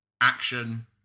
action